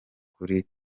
kuri